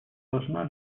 важна